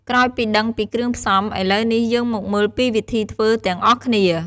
ក្រោយពីដឹងពីគ្រឿងផ្សំ ឥឡូវនេះ យើងមកមើលពីវិធីធ្វើទាំងអស់គ្នា។